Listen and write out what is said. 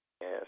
Yes